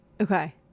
Okay